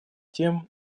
тем